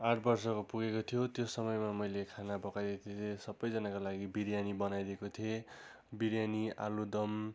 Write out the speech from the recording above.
आठ वर्षको पुगेको थियो त्यो समयमा मैले खाना पकाएर दिएँ सबैजनाको लागि बिरयानी बनाइदिएको थिएँ बिरयानी आलुदम